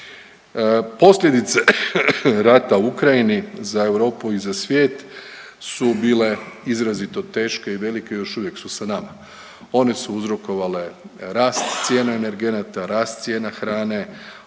Posljedice rata u Ukrajini za Europu i za svijet su bile izrazito teške i velike i još uvijek su sa nama. One su uzrokovale rast cijena energenata, rast cijena hrane.